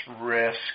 risk